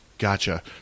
Gotcha